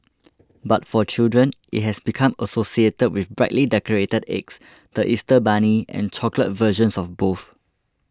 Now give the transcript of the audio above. but for children it has become associated with brightly decorated eggs the Easter bunny and chocolate versions of both